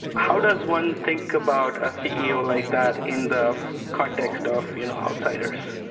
how does one think about a ceo like that in the context of you know outsiders?